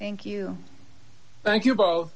thank you thank you both